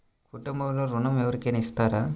కుటుంబంలో ఋణం ఎవరికైనా ఇస్తారా?